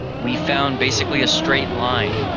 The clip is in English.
we found basically a straight line.